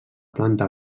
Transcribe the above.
planta